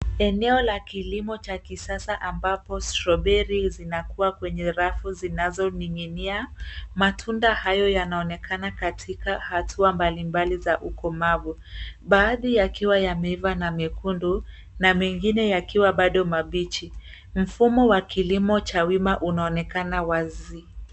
Eneo la kilimo cha kisasa ambapo stroberi zinakuwa kwenye rafu zinazoning'inia. Matunda hayo yanaonekana katika hatua mbalimbali za ukomavu. Baadhi yakiwa yameiva na mekundu na mengine yakiwa bado mabichi. Mfumo wa kilimo cha wima unaonekana wazi.